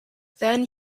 then